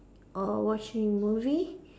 or watching movie